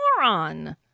moron